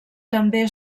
també